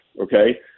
okay